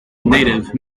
native